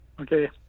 Okay